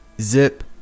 zip